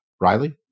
riley